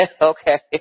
Okay